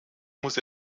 muss